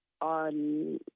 on